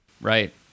Right